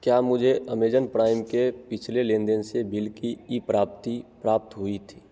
क्या मुझे Amazon Prime के पिछले लेनदेन से बिल की ई प्राप्ति प्राप्त हुई थी